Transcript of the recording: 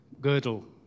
girdle